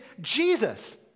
Jesus